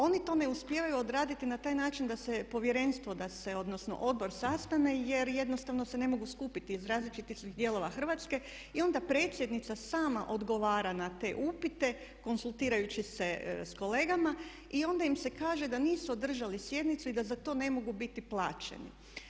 Oni to ne uspijevaju odraditi na taj način da se povjerenstvo da se odnosno odbor sastane jer jednostavno se ne mogu skupiti iz različitih dijelova Hrvatske i onda predsjednica sama odgovara na te upite konzultirajući se s kolegama i onda im se kaže da nisu održali sjednicu i da za to ne mogu biti plaćeni.